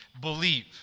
believe